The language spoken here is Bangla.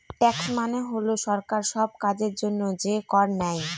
ট্যাক্স মানে হল সরকার সব কাজের জন্য যে কর নেয়